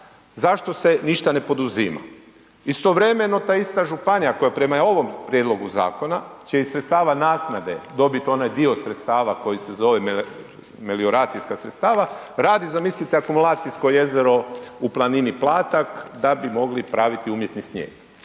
zašto se ništa ne poduzima? Istovremeno, ta ista županija koja prema ovom prijedlogu zakona, čijih sredstava naknade dobiti onaj dio sredstava koji se zove melioracijska sredstava radi zamislite akumulacijsko jezero u planini Platak da bi mogli praviti umjetni snijeg.